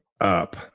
up